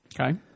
Okay